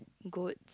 goat